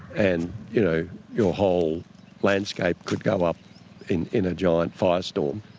and you know your whole landscape could go up in in a giant fire storm.